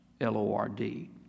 L-O-R-D